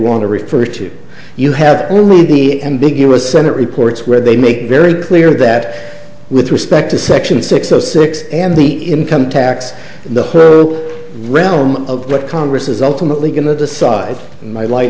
want to refer to you have only to be ambiguous senate reports where they make very clear that with respect to section six zero six and the income tax the her realm of what congress is ultimately going to decide my light